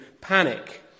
panic